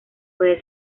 puede